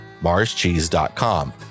marscheese.com